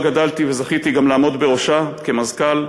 שבה גדלתי וזכיתי גם לעמוד בראשה כמזכ"ל,